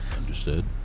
Understood